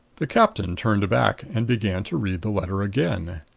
the captain turned back and began to read the letter again.